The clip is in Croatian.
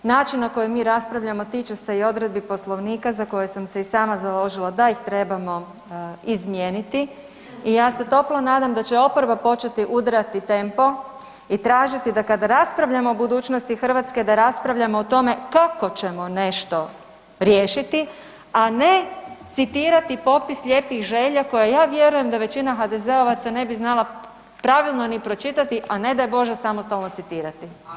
Način na koji mi raspravljamo tiče se i odredbi poslovnika za koje sam se i sama založila da ih trebamo izmijeniti i ja se toplo nadam da će oporba početi udarati tempo i tražiti da kada raspravljamo o budućnosti Hrvatske da raspravljamo o tome kako ćemo nešto riješiti, a ne citirati popis lijepih želja koje ja vjerujem da većina HDZ-ovaca ne bi znala pravilno ni pročitati, a ne daj Bože samostalno citirati.